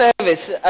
service